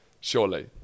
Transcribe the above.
Surely